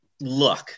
look